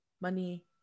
money